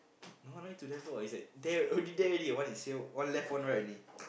no no need to it's like there already there already one is here one left one right only